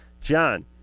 John